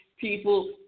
people